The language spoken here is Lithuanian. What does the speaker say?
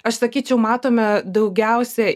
aš sakyčiau matome daugiausia